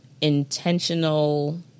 intentional